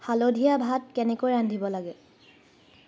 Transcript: হালধীয়া ভাত কেনেকৈ ৰান্ধিব লাগে